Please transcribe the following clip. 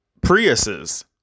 Priuses